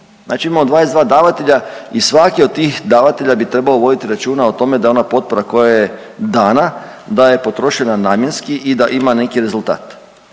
Znači imamo 22 davatelja i svaki od tih davatelja bi trebao voditi računa o tome da ona potpora koja je dana da je potrošena namjenski i da ima neki rezultat.